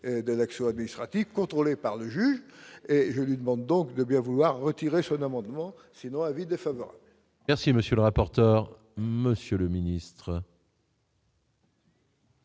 de l'action administrative par le juge et je lui demande donc de bien vouloir retirer son amendement sinon avides de favoris. Merci, monsieur le rapporteur, monsieur le ministre.